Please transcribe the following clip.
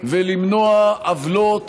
ולמנוע עוולות